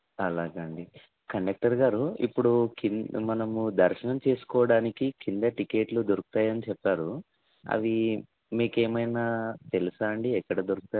అలాగా అండి కండక్టర్ గారు ఇప్పుడు క్రింద మనము దర్శనం చేసుకోవడానికి క్రింద క్రింద టికెట్లు దొరుకుతాయని చెప్పారు అవి మీకు ఏమైనా తెలుసా అండి ఎక్కడ దొరుకుతాయో